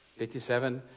57